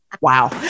Wow